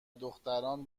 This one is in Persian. دختران